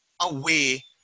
away